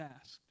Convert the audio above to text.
asked